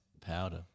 powder